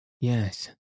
yes